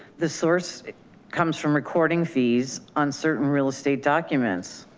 the source comes from recording fees on certain real estate documents